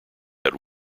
had